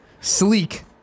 sleek